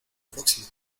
próxima